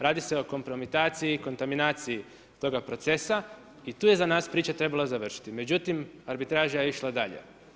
Radi se o kompromitaciji i kontaminaciji toga procesa i tu je za nas priča trebala završiti, međutim arbitraža je išla dalje.